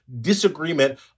disagreement